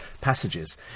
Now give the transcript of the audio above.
passages